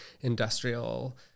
industrial